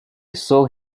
saw